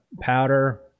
powder